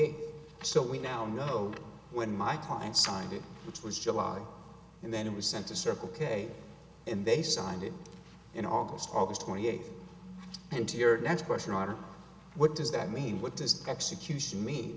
eighth so we now know when my client's signed it which was july and then it was sent to circle k and they signed it in august august twenty eighth and to your next question are what does that mean what does the execution me